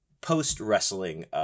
post-wrestling